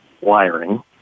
wiring